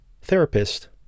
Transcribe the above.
therapist